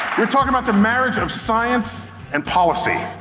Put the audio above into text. we're talking about the marriage of science and policy.